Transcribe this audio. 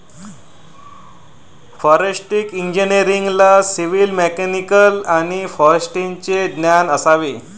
forestry इंजिनिअरला civil, mechanical आणि फॉरेस्ट्रीचे ज्ञान असावे